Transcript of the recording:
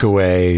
Away